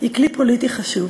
היא כלי פוליטי חשוב,